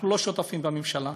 אנחנו לא שותפים בממשלה.